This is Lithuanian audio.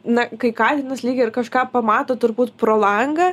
na kai katinas lyg ir kažką pamato turbūt pro langą